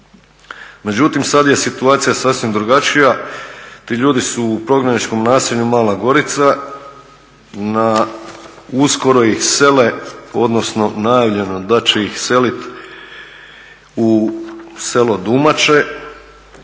Međutim, sada je situacija sasvim drugačija. Ti ljudi su u prognaničkom naselju Mala Gorica, uskoro ih sele, odnosno najavljeno je da će ih seliti u selo …,